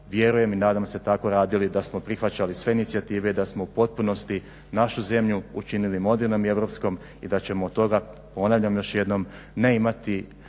vjerujem i nadam se tako radili da smo prihvaćali sve inicijative i da smo u potpunosti našu zemlju učinili modernom i europskom i da ćemo od toga ponavljam još jednom ne imati